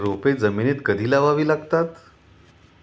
रोपे जमिनीत कधी लावावी लागतात?